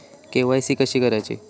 KYC कशी करायची?